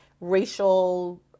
racial